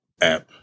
app